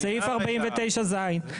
סעיף 49(ז).